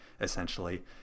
essentially